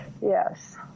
Yes